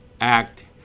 act